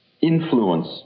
influence